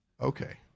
Okay